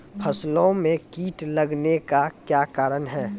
फसलो मे कीट लगने का क्या कारण है?